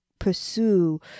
pursue